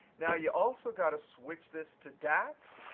now, you've also got to switch this to dax.